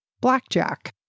blackjack